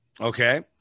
Okay